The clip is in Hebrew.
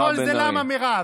וכל זה למה, מירב?